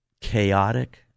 chaotic